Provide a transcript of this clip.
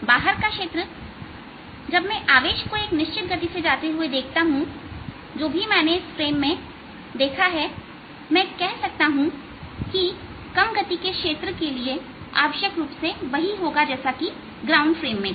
बाहर का क्षेत्र जब मैं आवेश को एक निश्चित गति से जाते हुए देखता हूं जो भी मैंने इस फ्रेम में देखा मैं कह सकता हूं कि कम गति के लिए क्षेत्र आवश्यक रूप से वही होगा जैसा कि ग्राउंड फ्रेम में था